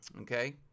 Okay